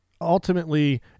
ultimately